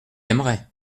aimerait